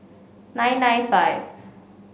nine nine five